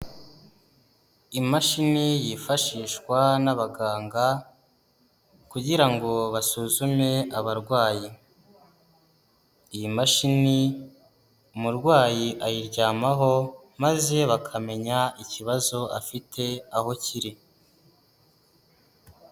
Imashini yifashishwa n'abaganga, kugira ngo basuzume abarwayi, iyi mashini umurwayi ayiryamaho maze bakamenya ikibazo afite aho kiri.